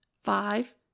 five